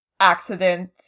accident